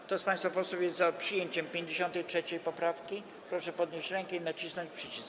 Kto z państwa posłów jest za przyjęciem 53. poprawki, proszę podnieść rękę i nacisnąć przycisk.